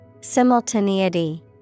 Simultaneity